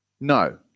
No